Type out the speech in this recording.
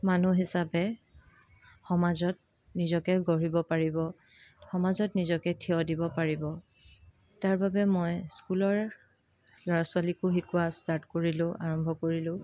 মানুহ হিচাপে সমাজত নিজকে গঢ়িব পাৰিব সমাজত নিজকে থিয় দিব পাৰিব তাৰবাবে মই স্কুলৰ ল'ৰা ছোৱালীকো শিকোৱা ষ্টাৰ্ট কৰিলোঁ আৰম্ভ কৰিলোঁ